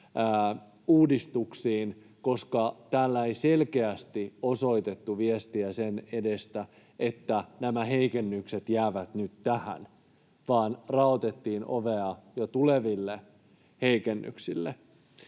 uudistuksiin, koska täällä ei selkeästi osoitettu viestiä sen edestä, että nämä heikennykset jäävät nyt tähän, vaan raotettiin jo ovea tuleville heikennyksille.